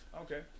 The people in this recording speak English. okay